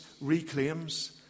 reclaims